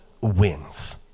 wins